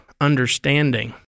understanding